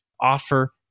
offer